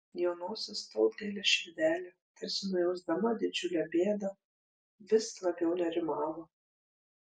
jaunosios tautgailės širdelė tarsi nujausdama didžiulę bėdą vis labiau nerimavo